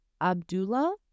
Abdullah